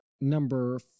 number